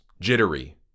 jittery